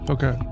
Okay